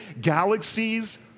galaxies